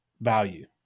value